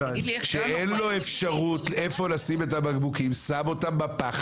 כשאין לו אפשרות איפה לשים את הבקבוקים שם אותם בפח